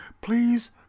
please